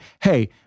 hey